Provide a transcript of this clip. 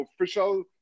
official